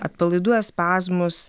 atpalaiduoja spazmus